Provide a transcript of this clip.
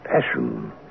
passion